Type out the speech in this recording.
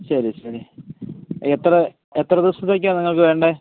ശരി ശരി എത്ര എത്ര ദിവസത്തേക്കാണു നിങ്ങള്ക്കു വേണ്ടത്